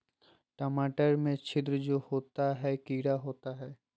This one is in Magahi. टमाटर में छिद्र जो होता है किडा होता है?